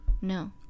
no